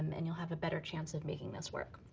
and you'll have a better chance of making this work.